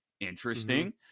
Interesting